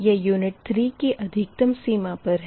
यह यूनिट 3 की अधिकतम सीमा पर है